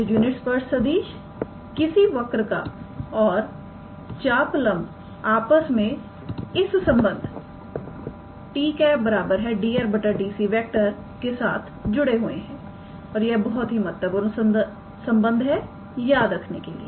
तो यूनिट स्पर्श सदिश किसी वक्र का और चापलंब आपस में इस संबंध 𝑡̂ 𝑑 𝑟⃗ 𝑑𝑠 के साथ जुड़े हुए हैं और यह बहुत ही महत्वपूर्ण संबंध है याद रखने के लिए